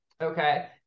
Okay